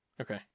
Okay